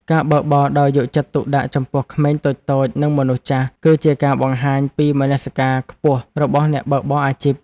ការបើកបរដោយយកចិត្តទុកដាក់ចំពោះក្មេងតូចៗ និងមនុស្សចាស់ គឺជាការបង្ហាញពីមនសិការខ្ពស់របស់អ្នកបើកបរអាជីព។